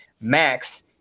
Max –